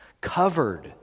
covered